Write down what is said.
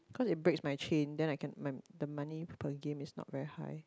cause it breaks my chain then I can my the money per game is not very high